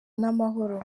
n’amahoro